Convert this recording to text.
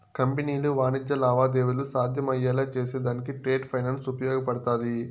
కంపెనీలు వాణిజ్య లావాదేవీలు సాధ్యమయ్యేలా చేసేదానికి ట్రేడ్ ఫైనాన్స్ ఉపయోగపడతాది